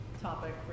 topic